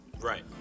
right